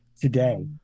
today